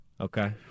Okay